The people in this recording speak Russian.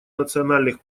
национальных